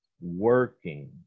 working